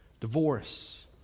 Divorce